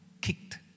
kicked